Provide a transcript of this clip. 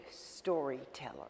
storyteller